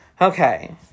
Okay